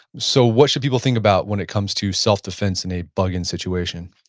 so, what should people think about when it comes to self-defense in a bug-in situation?